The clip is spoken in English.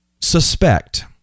suspect